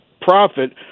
profit